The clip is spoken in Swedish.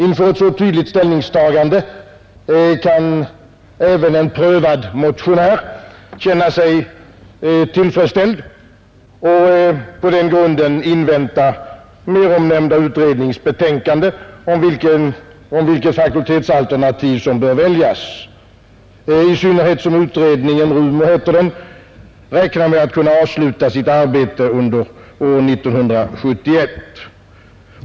Inför ett sådant ställningstagande kan även en prövad motionär känna sig tillfredsställd och på denna grund invänta meromnämnda utredningsbetänkande om vilket fakultetsalternativ som bör väljas, i synnerhet som utredningen — som heter RUMO — beräknas avsluta sitt arbete under år 1971.